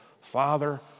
Father